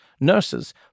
nurses